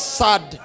sad